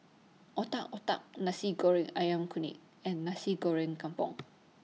Otak Otak Nasi Goreng Ayam Kunyit and Nasi Goreng Kampung